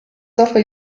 sofy